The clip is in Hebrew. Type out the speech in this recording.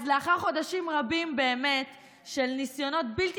אז לאחר חודשים רבים באמת של ניסיונות בלתי